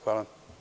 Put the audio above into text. Hvala.